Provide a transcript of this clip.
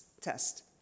test